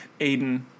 Aiden